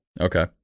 Okay